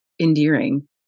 endearing